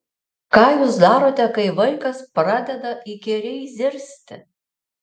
ką jūs darote kai vaikas pradeda įkyriai zirzti